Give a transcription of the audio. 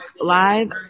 Live